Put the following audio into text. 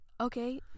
Okay